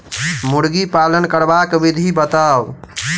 मुर्गी पालन करबाक विधि बताऊ?